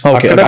Okay